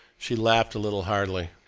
she laughed a little hardly.